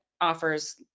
offers